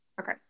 Okay